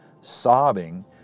sobbing